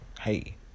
Hey